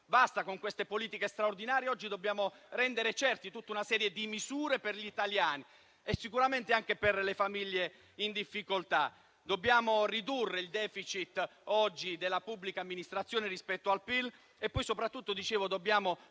Basta con politiche straordinarie: dobbiamo rendere certa tutta una serie di misure per gli italiani e sicuramente anche per le famiglie in difficoltà. Dobbiamo ridurre il *deficit* della pubblica amministrazione rispetto al PIL e poi, soprattutto, dobbiamo